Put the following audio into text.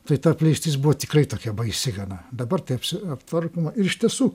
tai ta apleistis buvo tikrai tokia baisi gana dabar tai apsi aptvarkoma ir iš tiesų